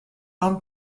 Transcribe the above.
non